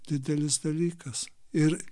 didelis dalykas ir